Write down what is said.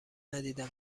ندیدم